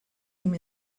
him